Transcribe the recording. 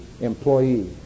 employees